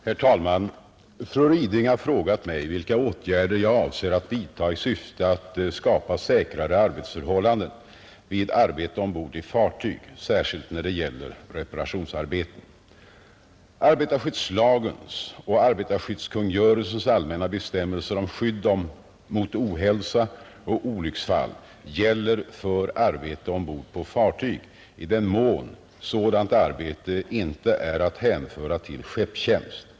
Herr talman! Fru Ryding har frågat mig vilka åtgärder jag avser att vidta i syfte att skapa säkrare arbetsförhållanden vid arbete ombord i fartyg, särskilt när det gäller reparationsarbeten. Arbetarskyddslagens och arbetarskyddskungörelsens allmänna bestämmelser och skydd mot ohälsa och olycksfall gäller för arbete ombord på fartyg, i den mån sådant arbete inte är att hänföra till skeppstjänst.